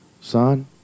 son